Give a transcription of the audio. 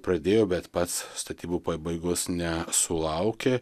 pradėjo bet pats statybų pabaigos nesulaukė